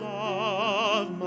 love